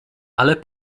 ale